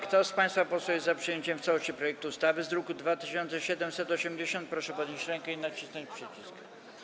Kto z państwa posłów jest za przyjęciem w całości projektu ustawy z druku nr 2780, proszę podnieść rękę i nacisnąć przycisk.